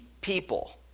people